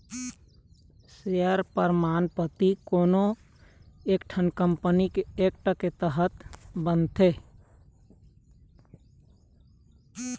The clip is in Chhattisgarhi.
सेयर परमान पाती कोनो मनखे के कंपनी एक्ट के तहत बनथे